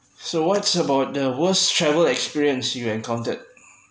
so what's about the worst travel experience you encountered